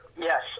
Yes